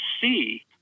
see